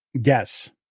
Yes